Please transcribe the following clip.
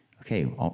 okay